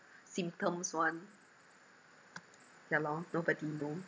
symptoms [one] ya lor nobody know